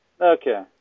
Okay